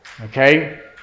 Okay